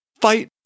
Fight